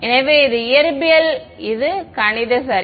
எனவே இது இயற்பியல் இது கணித சரி